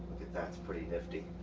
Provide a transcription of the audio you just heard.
that's pretty hefty.